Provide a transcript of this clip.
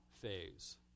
phase